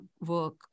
work